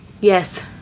yes